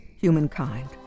humankind